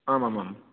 आम् आम् आम्